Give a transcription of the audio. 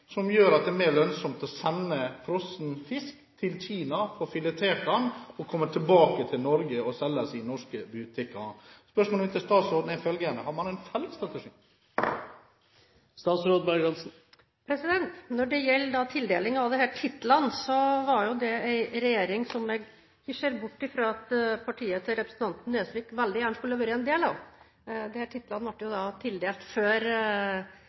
som gjør at det er mer lønnsomt å sende frossen fisk til Kina, få filetert den, og så kommer den tilbake til Norge for å selges i norske butikker. Spørsmålet mitt til statsråden er følgende: Har man en felles strategi? Når det gjelder tildeling av disse titlene, var jo det i en regjering som jeg ikke ser bort fra at partiet til representanten Nesvik veldig gjerne skulle ha vært en del av. Disse titlene ble jo tildelt før